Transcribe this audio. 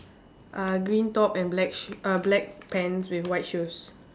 uh green top and black sh~ err black pants with white shoes